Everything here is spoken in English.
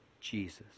Jesus